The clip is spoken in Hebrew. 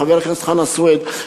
חבר הכנסת חנא סוייד,